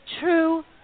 true